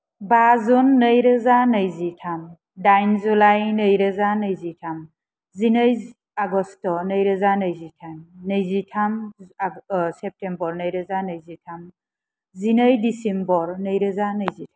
बा जुन नैरोजा नैजिथाम दाइन जुलाइ नैरोजा नैजिथाम जिनै आगष्ट नैरोजा नैजिथाम नैजिथाम सेप्तेम्बर नैरोजा नैजिथाम जिनै डिसेम्बर नैरोजा नैजिथाम